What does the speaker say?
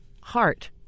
heart